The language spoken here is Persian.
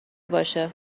باشه